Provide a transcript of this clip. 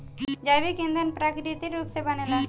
जैविक ईधन प्राकृतिक रूप से बनेला